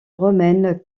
romaine